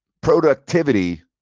productivity